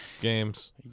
games